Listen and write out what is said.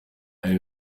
ibi